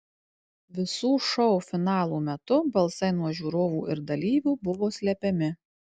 visų šou finalų metu balsai nuo žiūrovų ir dalyvių buvo slepiami